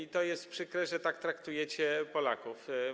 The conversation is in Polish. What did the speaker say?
I to jest przykre, że tak traktujecie Polaków.